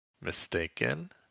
mistaken